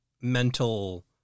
mental